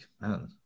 man